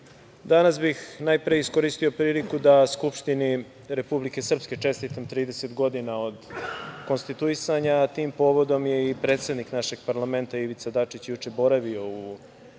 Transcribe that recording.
danas bih najpre iskoristio priliku da Skupštini Republike Srpske čestitam 30 godina od konstituisanja a tim povodom je i predsednik našeg parlamenta Ivica Dačić juče boravio u